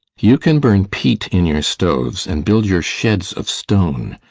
you can burn peat in your stoves and build your sheds of stone.